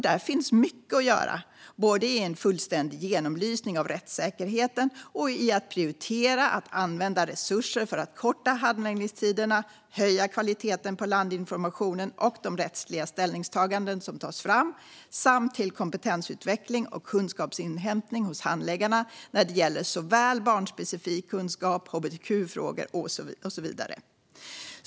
Där finns mycket att göra, både i en fullständig genomlysning av rättssäkerheten och i att prioritera att använda resurser till att korta handläggningstiderna, till att höja kvaliteten på landinformationen och de rättsliga ställningstaganden som tas fram samt till kompetensutveckling och kunskapsinhämtning hos handläggarna när det gäller barnspecifik kunskap, hbtq-frågor och så vidare.